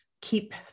keep